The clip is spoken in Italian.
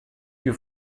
più